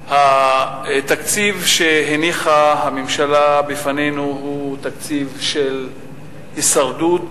שהתקציב שהניחה הממשלה בפנינו הוא תקציב של הישרדות,